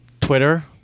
Twitter